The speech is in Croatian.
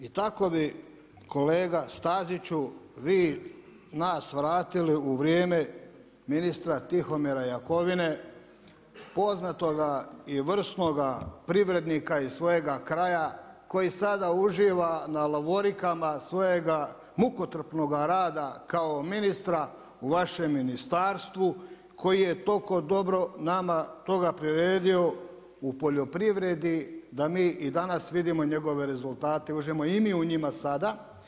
I tako bi kolega Staziću vi nas vratili u vrijeme ministra Tihomira Jakovine poznatoga i vrsnoga privrednika iz svojega kraja koji sada uživa na lovorikama svojega mukotrpnoga rada kao ministra u vašem ministarstvu koji toliko dobro nama toga priredio u poljoprivredi da mi i danas vidimo njegove rezultate uživamo i mi u njima sada.